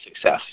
success